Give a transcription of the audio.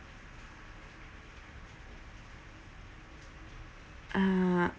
uh